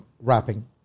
wrapping